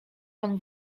pan